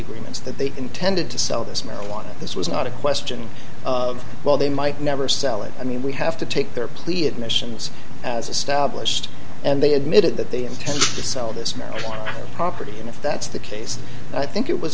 agreements that they intended to sell this marijuana this was not a question of well they might never sell it i mean we have to take their plea admissions as established and they admitted that they intend to sell this marijuana property and if that's the case i think it was